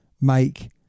make